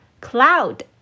Cloud